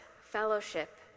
fellowship